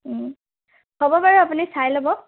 হ'ব বাৰু আপুনি চাই ল'ব